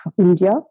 India